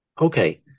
okay